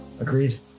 Agreed